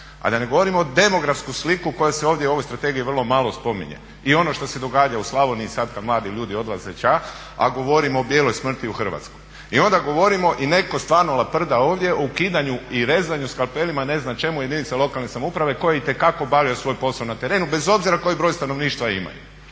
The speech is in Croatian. A da ne govorimo demografsku sliku koja se ovdje u ovoj strategiji vrlo malo spominje. I ono što se događa u Slavoniji sad kad mladi ljudi odlaze ća, a govorim o bijeloj smrti u Hrvatskoj. I onda govorimo i neko stvarno laprda ovdje o ukidanju i rezanju skalpelima i ne znam čemu jedinica lokalne samouprave koje itekako obavljaju svoj posao na terenu, bez obzira koji broj stanovništva imaju.